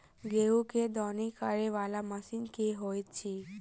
गेंहूँ केँ दौनी करै वला मशीन केँ होइत अछि?